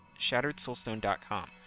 shatteredsoulstone.com